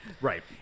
Right